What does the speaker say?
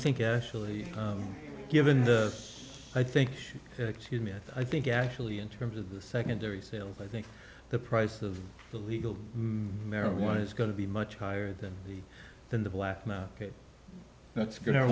think actually given the us i think excuse me i think actually in terms of the secondary sales i think the price of the legal marijuana is going to be much higher than the than the black kid that's go